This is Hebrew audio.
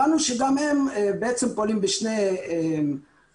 הבנו שגם הם פועלים בשני מישורים,